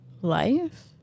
Life